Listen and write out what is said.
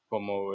Como